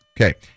Okay